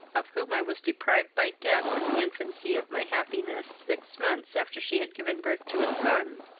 of whom i was deprived by death in the infancy of my happiness, six months after she had given birth to a son,